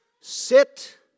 sit